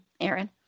Aaron